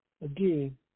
Again